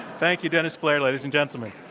thank you, dennis blair, ladies and gentlemen.